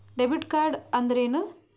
Debit ಕಾರ್ಡ್ಅಂದರೇನು?